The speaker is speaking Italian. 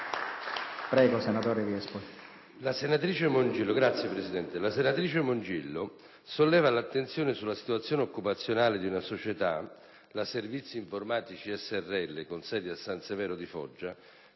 La senatrice Mongiello solleva l'attenzione sulla situazione occupazionale di una società, la Servizi Informatici srl, con sede a San Severo di Foggia,